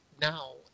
now